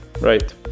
Right